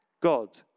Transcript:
God